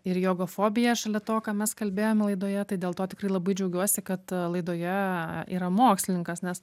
ir jogofobiją šalia to ką mes kalbėjome laidoje tai dėl to tikrai labai džiaugiuosi kad laidoje yra mokslininkas nes